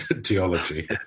geology